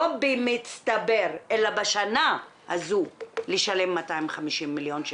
לא במצטבר, אלא בשנה הזו לשלם 250 מיליון שקל.